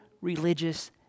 religious